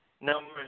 number